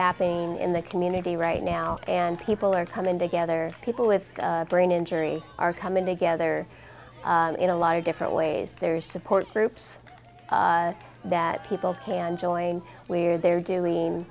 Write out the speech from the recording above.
happening in the community right now and people are coming together people with brain injury are coming together in a lot of different ways there are support groups that people can join where they're doing